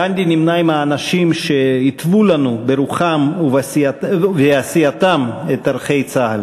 גנדי נמנה עם האנשים שהתוו לנו ברוחם ובעשייתם את ערכי צה"ל.